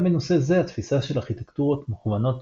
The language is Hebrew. גם בנושא זה התפיסה של ארכיטקטורות מכוונות